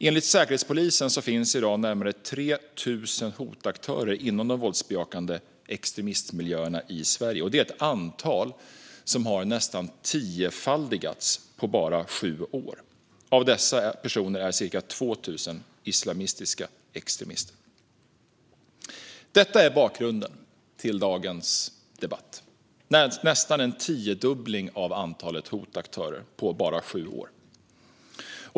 Enligt Säkerhetspolisen finns i dag närmare 3 000 hotaktörer inom de våldsbejakande extremistmiljöerna i Sverige. Det är ett antal som nästan har tiofaldigats på bara sju år. Av dessa personer är ca 2 000 islamistiska extremister. Detta är bakgrunden till dagens debatt - nästan en tiodubbling av antalet hotaktörer på bara sju år.